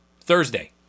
Thursday